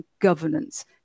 governance